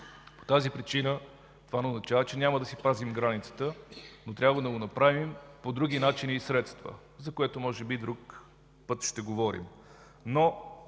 По тази причина това не означава, че няма да си пазим границата, но трябва да го направим с други начини и средства, за което може би ще говорим